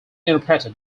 interpreted